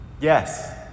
Yes